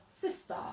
sister